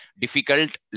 difficult